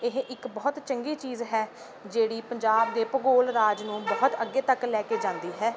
ਇਹ ਇੱਕ ਬਹੁਤ ਚੰਗੀ ਚੀਜ਼ ਹੈ ਜਿਹੜੀ ਪੰਜਾਬ ਦੇ ਭੂਗੋਲ ਰਾਜ ਨੂੰ ਬਹੁਤ ਅੱਗੇ ਤੱਕ ਲੈ ਕੇ ਜਾਂਦੀ ਹੈ